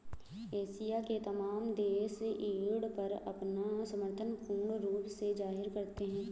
Asia के तमाम देश यील्ड पर अपना समर्थन पूर्ण रूप से जाहिर करते हैं